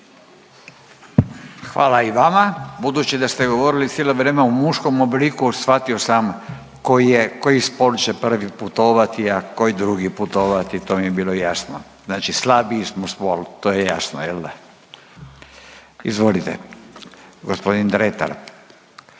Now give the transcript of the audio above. Hvala i vama. Budući da ste govorili u muškom obliku shvatio sam koji spol će prvi putovati, a koji drugi putovati to mi je bilo jasno. Znači slabiji smo spol, to je jasno. Jel' da? Izvolite, gospodin Dretar.